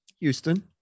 houston